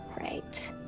Right